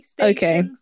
Okay